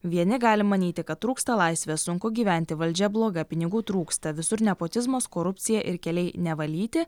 vieni galim manyti kad trūksta laisvės sunku gyventi valdžia bloga pinigų trūksta visur nepotizmas korupcija ir keliai nevalyti